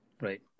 Right